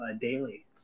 daily